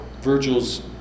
Virgil's